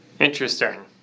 Interesting